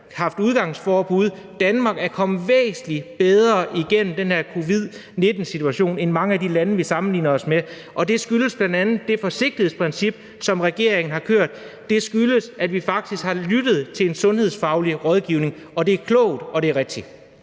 har haft udgangsforbud. Danmark er kommet væsentlig bedre igennem den her covid-19-situation end mange af de lande, vi sammenligner os med, og det skyldes bl.a. det forsigtighedsprincip, som regeringen har kørt. Det skyldes, at vi faktisk har lyttet til en sundhedsfaglig rådgivning, og det er klogt, og det er rigtigt.